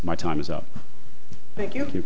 my time is up thank you